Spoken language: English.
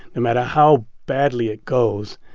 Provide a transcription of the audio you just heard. no matter how badly it goes,